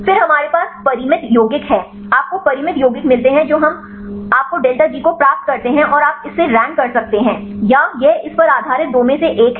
फिर हमारे पास परिमित यौगिक हैं आपको परिमित यौगिक मिलते हैं जो हम आपके डेल्टा जी को प्राप्त करते हैं और आप इसे रैंक कर सकते हैं या यह इस पर आधारित दो में से एक है